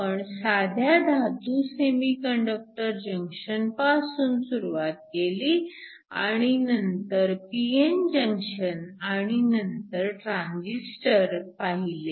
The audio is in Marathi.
आपण साध्या धातू सेमीकंडक्टर जंक्शनपासून सुरुवात केली आणि नंतर pn जंक्शन आणि नंतर ट्रॅजिस्टर पाहिले